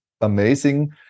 amazing